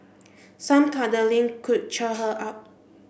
some cuddling could cheer her up